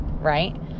right